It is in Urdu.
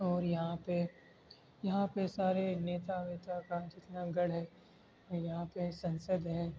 اور یہاں پہ یہاں پہ سارے نیتا ویتا کا جتنا گڑھ ہے یہاں پہ سنسد ہے